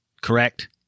correct